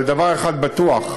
אבל דבר אחד בטוח,